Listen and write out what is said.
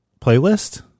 playlist